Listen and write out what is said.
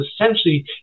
essentially